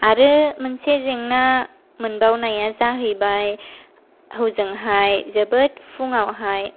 आरो मोनसे जेंना मोनबावनाया जाहैबाय हजोंहाय जोबोर फुङावहाय